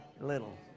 little